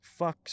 fucks